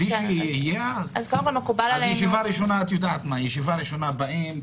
אז ישיבה ראשונה באים,